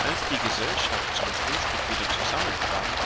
die gesellschaft zum frühstück wieder zusammenkam